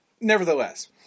nevertheless